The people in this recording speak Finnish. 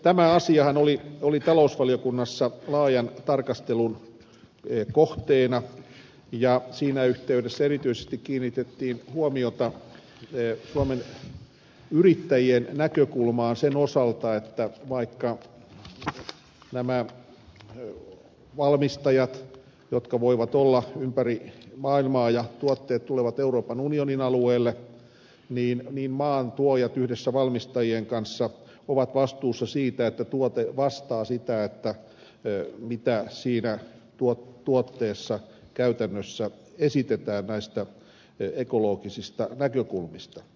tämä asiahan oli talousvaliokunnassa laajan tarkastelun kohteena ja siinä yhteydessä erityisesti kiinnitettiin huomiota suomen yrittäjien näkökulmaan sen osalta että nämä valmistajat voivat olla ympäri maailmaa ja kun tuotteet tulevat euroopan unionin alueelle niin maahantuojat yhdessä valmistajien kanssa ovat vastuussa siitä että tuote vastaa sitä mitä siinä tuotteessa käytännössä esitetään näistä ekologisista näkökulmista